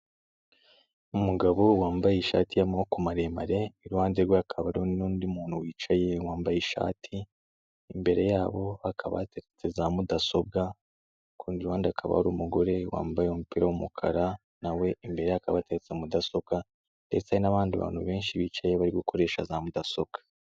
Umugabo wambaye ishati y'amaboko maremare iruhande rwe hakaba hari n'undi muntu wicaye wambaye ishati, imbere yabo hakaba yateretse za mudasobwa kurundi ruhande hakaba hari umugore wambaye umupira w'umukara nawe imbere akaba ateretse mudasobwa ndetse n'abandi bantu benshi bicaye bari gukoresha za mudasobwa.